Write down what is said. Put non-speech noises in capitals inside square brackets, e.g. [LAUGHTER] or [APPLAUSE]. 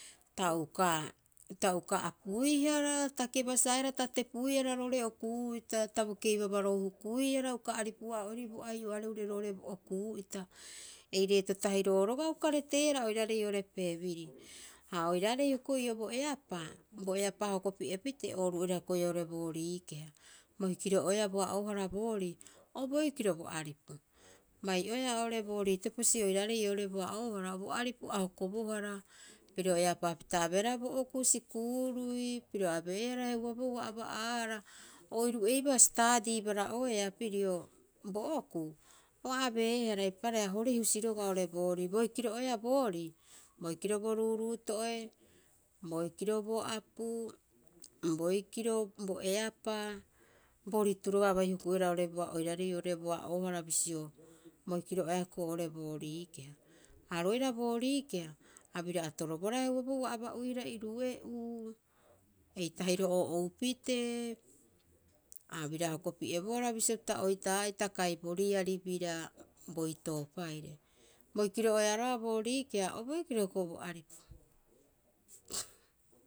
Ta uka- ta uka apuihara ta kebasaehara ta tepuihara roo'ore o kuu'ita. Ta bo keiba baaroou hukuihara uka aripu- haa'oerii bo ai'o are'ure roo'ore bo o kuu'ita eireeto tahiro'oo roga'a uka reteehara oiraarei oo'ore peebiri. Ha oiraarei hioko'i o bo eapaa, bo epaa hokopi'e pitee, oru oira hioko'i oo'ore boori keha. Boikiro'oeaa bo a'oohara boorii o boikiro bo aripu. Bai oeaa oo'ore boorii teposi oiraarei oo'ore bo a'oohara bo aripu a hokobohara. Piro eapaa pita abeehara bo okuu sikuurui, piro abeehara heuaboo ua aba'aahara. O iru'eibaa staadii bara'oeaa pirio bo okuu, o a abeehara eipaareha hori husi roga'a oo'ore boorii. Boikiro oeaa boorii, boikiro bo ruuruuto'e, boikiro bo apuu, boikiro bo eapaa. Bo ritu roga'a a bai hukuihara [UNINTELLIGIBLE] oiraarei o'ore bo oohara bisio boikiro oeeahioko'i oo'ore boorii keha. Ha oru oira boorii keha a bira atorobohara heuaboo ua aba'uihara irue'uu eitahiro'oo oupitee, a bira hokopi'ebohara bisio pita oitaa'ita kai boriari bira boitoopaire. Boikiro oeea roga'a boori keha o boikiro hioko'i bo aripu.